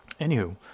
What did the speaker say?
Anywho